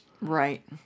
Right